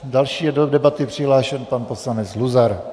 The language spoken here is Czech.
Další je do debaty přihlášen pan poslanec Luzar.